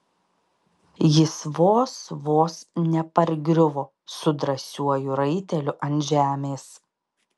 jis vos vos nepargriuvo su drąsiuoju raiteliu ant žemės